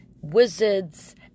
wizards